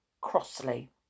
crossly